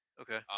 Okay